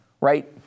Right